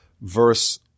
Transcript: verse